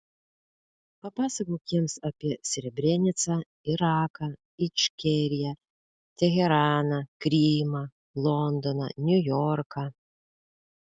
papasakok jiems apie srebrenicą iraką ičkeriją teheraną krymą londoną niujorką